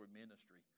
ministry